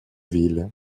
ville